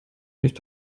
nicht